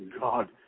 God